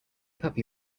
puppy